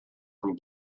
from